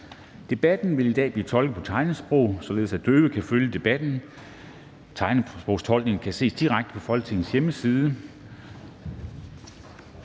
Debatten vil i dag blive tolket på tegnsprog, således at døve kan følge debatten. Tegnsprogstolkningen kan ses direkte på Folketingets hjemmeside.